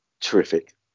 terrific